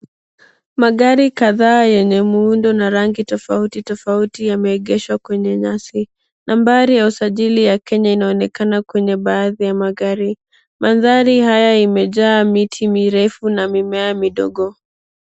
Magari kadhaa yenye muundo na rangi tofauti, tofauti yameegeshwa kwenye nyasi. Nambari ya usajili ya Kenya inaonekana kwenye baadhi ya magari. Mandhari haya imejaa miti mirefu na mimea midogo.